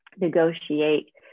negotiate